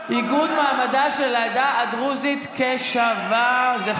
עיגון מעמדה של העדה הדרוזית כשוות זכויות במדינת ישראל),